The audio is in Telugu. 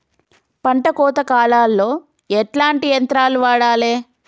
పంట కోత కాలాల్లో ఎట్లాంటి యంత్రాలు వాడాలే?